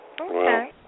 Okay